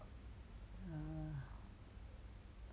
uh